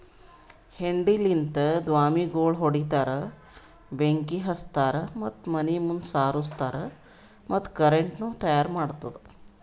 ಹೆಂಡಿಲಿಂತ್ ದ್ವಾಮಿಗೋಳ್ ಹೊಡಿತಾರ್, ಬೆಂಕಿ ಹಚ್ತಾರ್ ಮತ್ತ ಮನಿ ಮುಂದ್ ಸಾರುಸ್ತಾರ್ ಮತ್ತ ಕರೆಂಟನು ತೈಯಾರ್ ಮಾಡ್ತುದ್